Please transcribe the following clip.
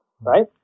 right